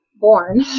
born